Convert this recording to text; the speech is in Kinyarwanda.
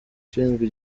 ushinzwe